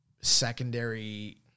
secondary